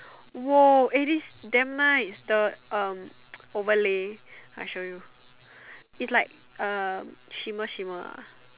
!whoa! eh this damn nice the um overlay I show you it's like uh shimmer shimmer ah